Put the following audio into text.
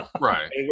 Right